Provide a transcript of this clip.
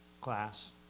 Class